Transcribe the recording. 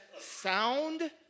sound